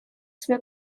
свой